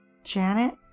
Janet